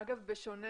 אגב, בשונה